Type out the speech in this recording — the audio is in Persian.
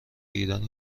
ایران